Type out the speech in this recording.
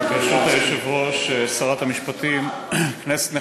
ברשות היושב-ראש, שרת המשפטים, כנסת נכבדה,